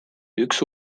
üks